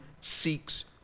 seeks